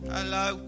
Hello